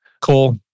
Cole